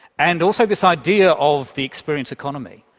and also this idea of the experience economy.